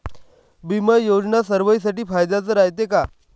बिमा योजना सर्वाईसाठी फायद्याचं रायते का?